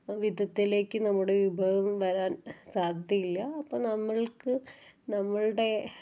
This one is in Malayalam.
വിധത്തിലേക്ക് നമ്മുടെ വിഭവം വരാൻ സാധ്യയില്ല അപ്പം നമ്മൾക്ക് നമ്മളുടെ